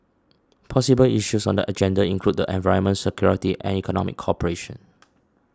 possible issues on the agenda include the environment security and economic cooperation